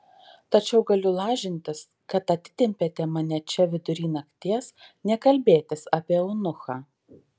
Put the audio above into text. tačiau galiu lažintis kad atitempėte mane čia vidury nakties ne kalbėtis apie eunuchą